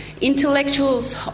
intellectuals